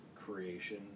creation